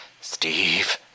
Steve